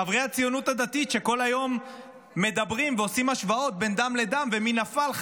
חברי הציונות הדתית שכל היום מדברים ועושים השוואות בין דם לדם ומי נפל,